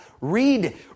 read